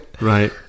Right